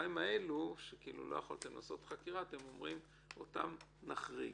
בשנתיים שלא יכולתם לעשות חקירה אתם אומרים שאותם תחריגו.